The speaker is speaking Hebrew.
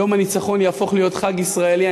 יום הניצחון יהפוך להיות חג ישראלי.